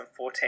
2014